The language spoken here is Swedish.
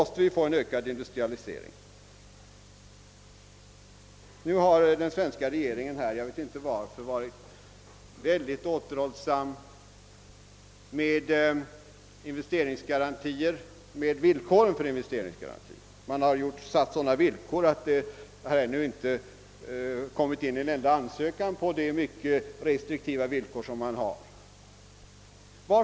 s Den svenska regeringen har — jag vet inte varför — varit synnerligen återhållsam med villkoren för investeringsgarantier. Man har uppsatt så restriktiva villkor att det ännu inte kommit in en enda ansökan om sådana garantier. Vad är anledningen till denna restriktivitet?